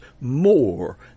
more